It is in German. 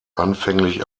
anfänglich